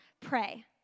pray